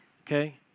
Okay